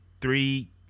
three